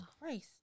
Christ